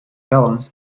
felons